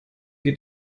geht